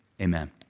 amen